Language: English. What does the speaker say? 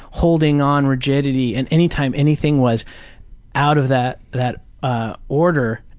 holding on rigidity, and any time anything was out of that that ah order,